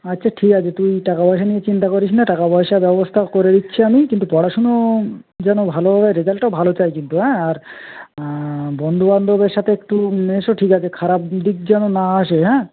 আচ্ছা ঠিক আছে তুই টাকা পয়সা নিয়ে চিন্তা করিস না টাকা পয়সার ব্যবস্থা করে দিচ্ছি আমি কিন্তু পড়াশোনা যেন ভালোভাবে রেজাল্টটাও ভালো চাই কিন্তু অ্যাঁ আর বন্ধু বান্ধবের সাথে একটু মেশো ঠিক আছে খারাপ দিক যেন না আসে হ্যাঁ